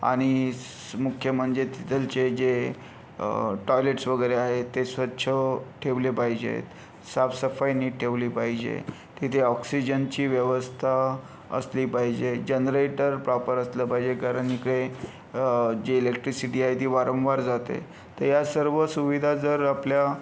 आणि स् मुख्य म्हणजे तिथलचे जे टॉयलेट्स वगैरे आहेत ते स्वच्छ ठेवले पाहिजेत साफसफाई नीट ठेवली पाहिजे तिथे ऑक्सिजनची व्यवस्था असली पाहिजे जनरेटर प्रॉपर असलं पाहिजे कारण इके जे इलेक्ट्रिसिटी आहे ती वारंवार जाते तर या सर्व सुविधा जर आपल्या